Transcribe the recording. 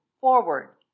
forward